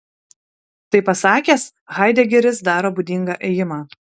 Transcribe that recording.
tai pasakęs haidegeris daro būdingą ėjimą